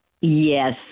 Yes